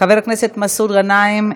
חבר הכנסת מסעוד גנאים,